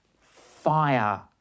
fire